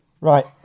Right